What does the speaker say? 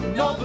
no